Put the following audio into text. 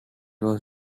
was